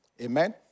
Amen